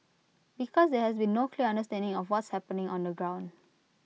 because there has been no clear understanding of what's happening on the ground